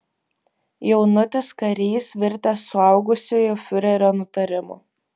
jaunutis karys virtęs suaugusiuoju fiurerio nutarimu